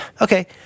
okay